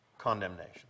condemnation